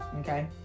okay